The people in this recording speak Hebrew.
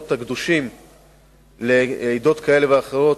במעגל סגור לכל המקומות הקדושים לעדות כאלה ואחרות,